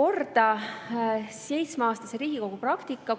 korda seitsmeaastase Riigikogu praktika